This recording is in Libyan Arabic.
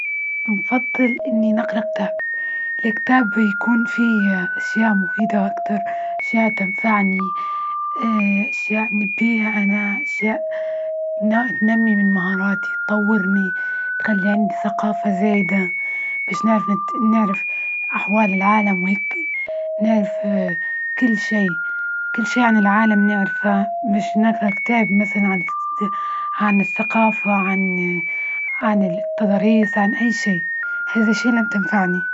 بنفضل إني نقرا كتاب- الكتاب بيكون فيه أشياء مفيدة أكتر، أشياء تنفعني أشياء نبيها أنا، أشياء تنمي من مهاراتي، طورني تخلي عندي ثقافة زايدة، بش نعرف نعرف أحوال العالم، وهيك نعرف كل شي، كل شي عن العالم نعرفه، مش نقرا كتاب مثلا عن الثقافة، عن التدريس عن أى شي هذى الأشياء لن تنفعنى.